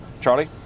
Charlie